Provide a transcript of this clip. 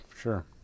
sure